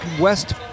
West